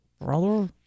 Brother